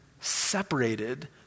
separated